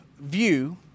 view